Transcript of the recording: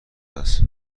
است